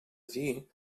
dir